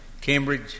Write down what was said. Cambridge